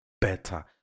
better